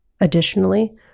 Additionally